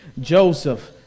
Joseph